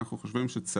אנחנו חושבים שצריך